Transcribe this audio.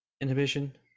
inhibition